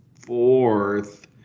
fourth